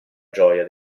gioia